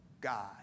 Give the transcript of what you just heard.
God